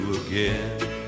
again